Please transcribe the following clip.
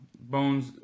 bones